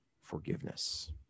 forgiveness